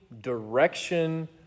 direction